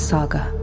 Saga